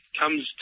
comes